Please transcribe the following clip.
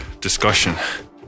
discussion